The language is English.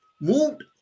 moved